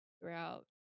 throughout